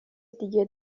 دیگه